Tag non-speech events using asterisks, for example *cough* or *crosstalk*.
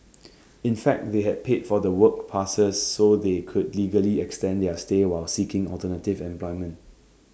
*noise* in fact they had paid for the work passes so they could legally extend their stay while seeking alternative employment